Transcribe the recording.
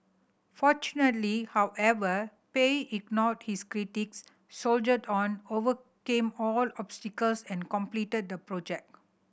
fortunately however Pei ignored his critics soldiered on overcame all obstacles and completed the project